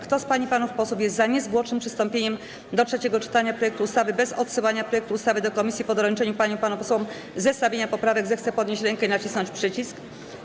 Kto z pań i panów posłów jest za niezwłocznym przystąpieniem do trzeciego czytania projektu ustawy bez odsyłania go do komisji po doręczeniu paniom i panom posłom zestawienia poprawek, zechce podnieść rękę i nacisnąć przycisk.